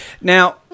Now